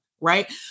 right